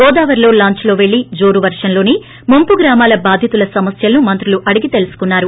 గోదావరిలో లాంచ్లో పెళ్లి జోరు వర్షంలోసే ముంపు గ్రామాల బాధితుల సమస్యలను మంత్రులు అడిగి తెలుసుకున్నారు